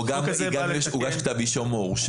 או גם הוגש כתב אישום או הורשע.